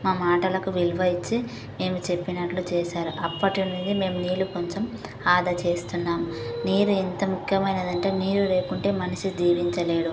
మా మాటలకు విలువ ఇచ్చి మేము చెప్పినట్టు చేశారు అప్పటినుంచి మేము నీళ్ళు కొంచం ఆదా చేస్తున్నాం నీరు ఎంత ముక్యమైనది అంటే నీళ్ళు లేకుంటే మనిసి జీవించలేడు